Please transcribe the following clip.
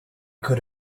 could